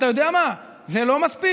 אתה יודע מה, זה לא מספיק?